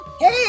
Hey